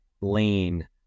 lane